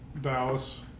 Dallas